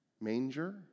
manger